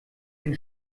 den